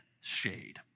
shade